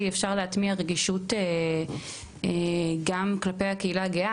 אפשר להטמיע רגישות גם כלפי הקהילה הגאה.